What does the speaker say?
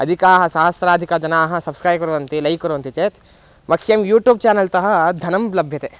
अधिकाः सहस्राधिकजनाः सब्स्क्रै कुर्वन्ति लैक् कुर्वन्ति चेत् मह्यं यूट्यूब् चेनल्तः धनं लभ्यते